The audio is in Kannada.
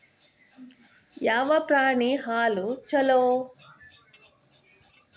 ಯಾವ ಪ್ರಾಣಿ ಹಾಲು ಛಲೋ?